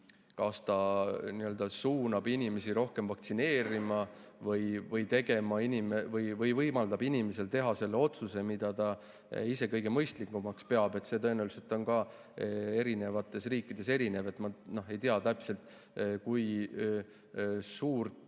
kas ta suunab inimesi rohkem vaktsineerima või võimaldab inimesel teha selle otsuse, mida ta ise kõige mõistlikumaks peab. See tõenäoliselt on ka eri riikides erinev. Ma ei tea täpselt, kui suurt